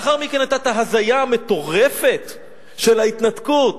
לאחר מכן היתה ההזיה המטורפת של ההתנתקות.